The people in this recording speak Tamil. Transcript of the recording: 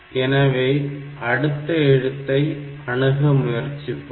எனவே அடுத்த எழுத்தை அணுக முயற்சிப்போம்